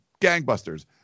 gangbusters